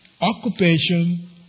occupation